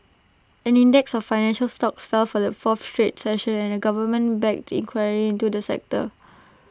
an index of financial stocks fell for the fourth straight session amid A government backed inquiry into the sector